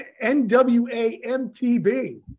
N-W-A-M-T-B